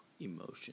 emotion